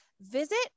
Visit